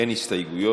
אין הסתייגויות.